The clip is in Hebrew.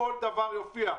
כל דבר יופיע.